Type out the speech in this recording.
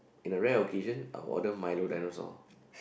in a rare occasion I will order milo dinosaur